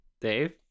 Dave